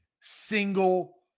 single